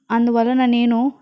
అందువలన నేను